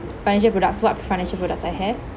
financial products what financial products I have